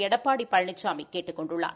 எடப்பாடி பழனிசாமி கேட்டுக் கொண்டுள்ளார்